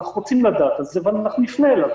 רוצים לדעת את זה ואנחנו נפנה אליו.